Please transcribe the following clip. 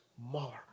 more